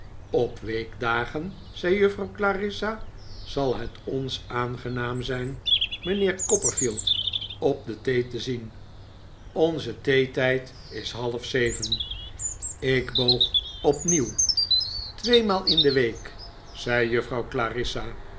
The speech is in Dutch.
op weekdagen zei juffrouw clarissa zal het ons aangenaam zijn mijnheer copperfield op de thee te zien onze theetijd is half zeven gelukkige afloop van de o nd erh a nd el i n g ik boog opnieuw tweemaal in de week zei juffrouw clarissa